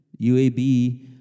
UAB